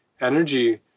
energy